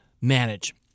manage